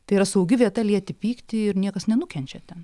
tai yra saugi vieta lieti pyktį ir niekas nenukenčia ten